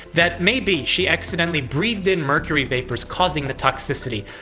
that maybe she accidentally breathed in mercury vapors causing the toxicity.